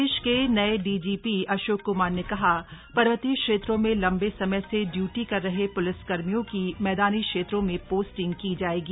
प्रदेश के नए डीजीपी अशोक कुमार ने कहा पर्वतीय क्षेत्रों में लंबे समय से इयूटी कर रहे प्लिस कर्मियों की मैदानी क्षेत्रों में पोस्टिंग की जाएगी